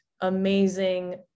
amazing